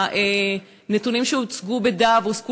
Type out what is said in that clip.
הנתונים שהוצגו בדבוס,